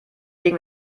legen